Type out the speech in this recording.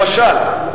למשל,